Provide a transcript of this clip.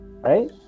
right